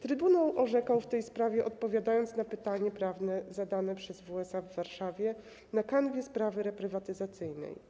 Trybunał orzekał w tej sprawie, odpowiadając na pytanie prawne zadane przez WSA w Warszawie na kanwie sprawy reprywatyzacyjnej.